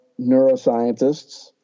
neuroscientists